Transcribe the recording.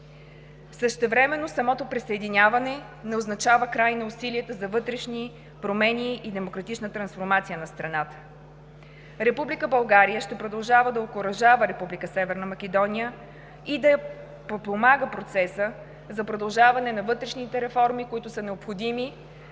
Същевременно самото присъединяване не означава край на усилията за вътрешни промени и демократична трансформация на страната. Република България ще продължава да окуражава Република Северна Македония и да подпомага процеса за продължаване на вътрешните реформи, които са необходими